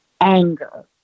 anger